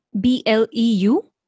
B-L-E-U